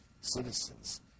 citizens